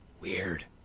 weird